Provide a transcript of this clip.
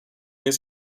his